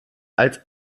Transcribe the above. als